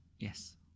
Yes